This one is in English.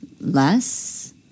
less